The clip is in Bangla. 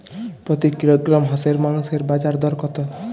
প্রতি কিলোগ্রাম হাঁসের মাংসের বাজার দর কত?